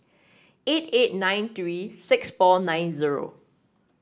eight eight nine three six four nine zero